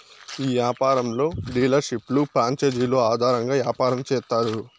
ఈ యాపారంలో డీలర్షిప్లు ప్రాంచేజీలు ఆధారంగా యాపారం చేత్తారు